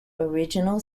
original